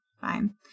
fine